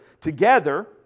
together